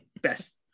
best